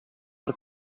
per